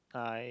I